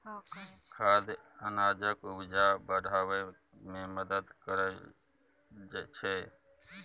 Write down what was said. खाद अनाजक उपजा बढ़ाबै मे मदद करय छै